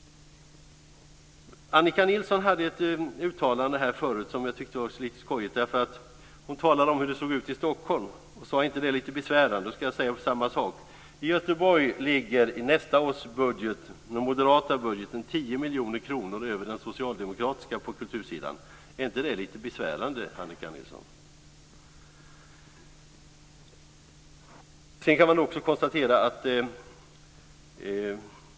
Annika Nilsson hade ett uttalande förut som jag tyckte var lite skojigt. Hon talade om hur det såg ut i Stockholm och undrade om det inte var lite besvärande. Då ska jag säga samma sak. I Göteborg ligger nästa års moderata budget 10 miljoner kronor över den socialdemokratiska på kultursidan. Är inte det lite besvärande, Annika Nilsson?